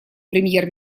премьер